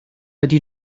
ydy